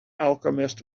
alchemist